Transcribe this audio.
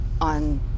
on